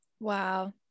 Wow